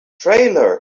trailer